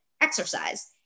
exercise